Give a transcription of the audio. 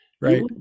Right